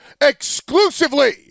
exclusively